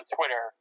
Twitter